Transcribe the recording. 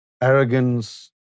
arrogance